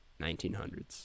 1900s